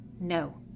No